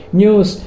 news